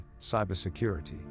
cybersecurity